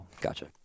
gotcha